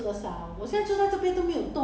then 为什么 daddy 叫我买